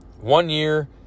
one-year